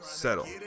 settle